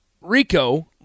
Rico